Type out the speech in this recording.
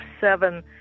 seven